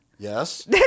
Yes